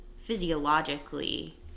physiologically